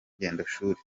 rugendoshuri